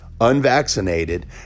unvaccinated